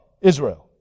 Israel